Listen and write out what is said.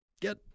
Get